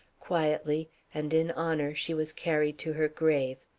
quietly, and in honor, she was carried to her grave,